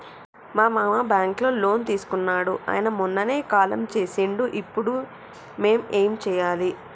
మా మామ బ్యాంక్ లో లోన్ తీసుకున్నడు అయిన మొన్ననే కాలం చేసిండు ఇప్పుడు మేం ఏం చేయాలి?